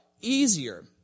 easier